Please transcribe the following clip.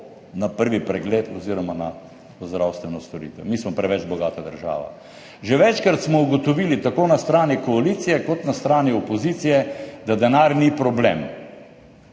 na prvi pregled oziroma na zdravstveno storitev. Mi smo preveč bogata država. Že večkrat smo ugotovili tako na strani koalicije kot na strani opozicije, da denar ni problem,